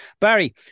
Barry